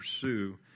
pursue